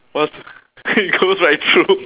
cause he goes right through